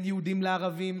ליהודים ולערבים,